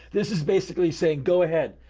this is basically saying, go ahead.